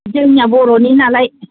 जोंनिया बर'नि नालाय